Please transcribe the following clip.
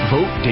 Vote